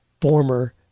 former